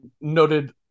noted